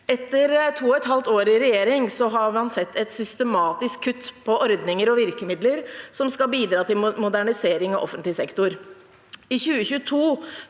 Etter to og et halvt år i regjering har man sett systematiske kutt i ordninger og virkemidler som skal bidra til modernisering av offentlig sektor.